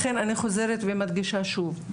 לכן אני חוזרת ומדגישה שוב,